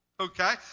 Okay